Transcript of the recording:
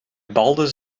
balde